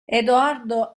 edoardo